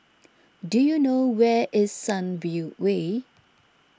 do you know where is Sunview Way